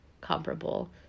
comparable